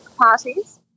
parties